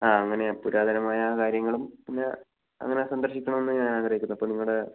ആ അങ്ങനെ പുരാതനമായ കാര്യങ്ങളും പിന്നെ അങ്ങനെ സന്ദർശിക്കണമെന്ന് ഞാൻ ആഗ്രഹിക്കുന്നു അപ്പോൾ നിങ്ങളുടെ